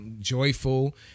joyful